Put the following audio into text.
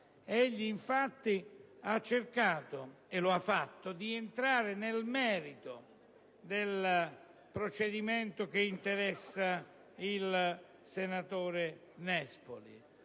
Egli infatti ha cercato - e lo ha fatto - di entrare nel merito del procedimento che interessa il senatore Nespoli,